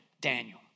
Daniel